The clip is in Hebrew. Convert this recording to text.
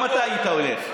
גם אתה היית הולך?